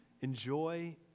enjoy